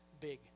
big